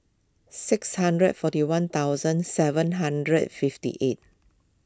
six hundred forty one thousand seven hundred fifty eight